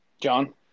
John